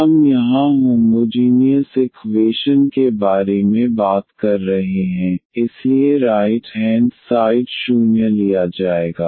हम यहां homogeneous equation के बारे में बात कर रहे हैं इसलिए राइट हेंड साइड 0 लिया जाएगा